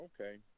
okay